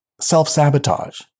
self-sabotage